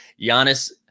Giannis